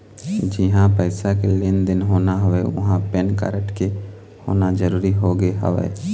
जिहाँ पइसा के लेन देन होना हवय उहाँ पेन कारड के होना जरुरी होगे हवय